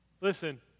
Listen